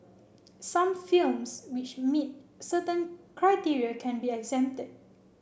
some films which meet certain criteria can be exempted